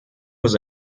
was